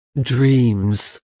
dreams